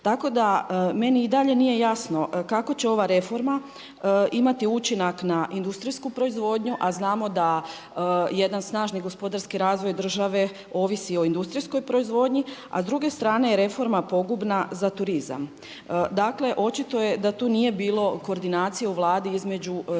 Tako da meni i dalje nije jasno kako će ova reforma imati učinak na industrijsku proizvodnju a znao da jedan snažni gospodarski razvoj države ovisi o industrijskoj proizvodnji, a s druge strane je reforma pogubna za turizam. Dakle, očito je da tu nije bilo koordinacije u Vladi između Ministarstva